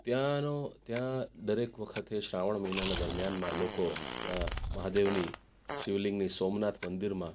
ત્યાંનો ત્યાં દરેક વખતે શ્રાવણ મહિનાના દરમ્યાનમાં લોકો ત્યાં મહાદેવની શિવલિંગની સોમનાથ મંદિરમાં